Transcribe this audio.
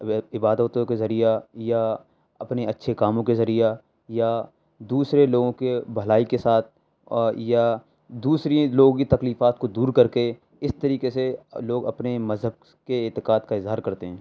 وہ اب عبادتوں کا ذریعہ یا اپنے اچّھے کاموں کے ذریعہ یا دوسرے لوگوں کے بھلائی کے ساتھ اور یا دوسری لوگ کی تکلیفات کو دور کر کے اس طریقے سے لوگ اپنے مذہب کے اعتقاد کا اظہار کرتے ہیں